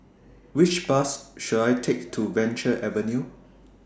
Which Bus should I Take to Venture Avenue